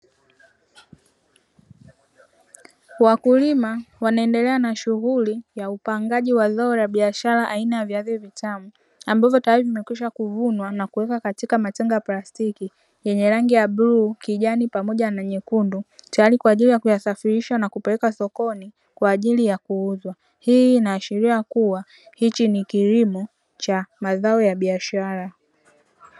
Wakulima wanaendelea na shughuli ya upangaji wa zao la biashara aina ya viazi vitamu, ambavyo tayari vimekwisha kuvunwa na kuwekwa katika matenga ya plastiki yenye rangi ya bluu, kijani pamoja na nyekundu, tayari kwa ajili ya kuyasafirisha sokoni, kwa ajili ya kuuzwa. Hii inaashiria kuwa, hiki ni kilimo cha mazao ya biashara.